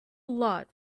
lot